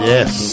Yes